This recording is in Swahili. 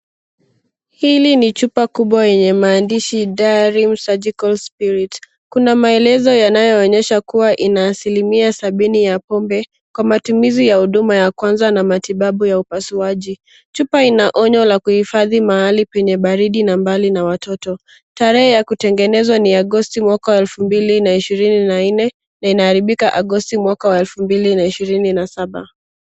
Hili ni chupa kubwa yenye maandishi Diarim Surgical Spirit . Kuna maelezo yanayoonyesha kuwa ina asilimia sabini ya pombe kwa matumizi ya huduma ya kwanza na matibabu ya upasuaji. Chupa ina onyo la kuhifadhi mahali penye baridi na mbali na watoto. Tarehe ya kutengenezwa ni Agosti mwaka wa 2024 na inaharibika Agosti mwaka wa 2027.